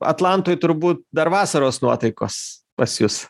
atlantoj turbūt dar vasaros nuotaikos pas jus